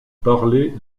parlait